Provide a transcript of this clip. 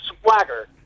Swagger